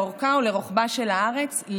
לאורכה ולרוחבה של הארץ,